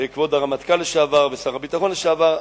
כבוד הרמטכ"ל לשעבר ושר הביטחון לשעבר,